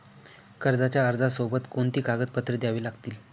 कर्जाच्या अर्जासोबत कोणती कागदपत्रे द्यावी लागतील?